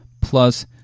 plus